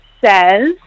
Says